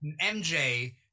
MJ